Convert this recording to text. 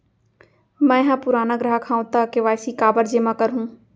मैं ह पुराना ग्राहक हव त के.वाई.सी काबर जेमा करहुं?